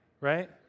right